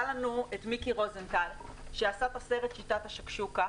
היה לנו פה את מיקי רוזנטל שעשה את הסרט "שיטת השקשוקה"